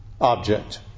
object